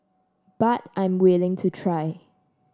but I'm willing to try